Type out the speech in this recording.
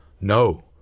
no